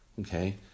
Okay